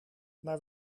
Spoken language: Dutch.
naar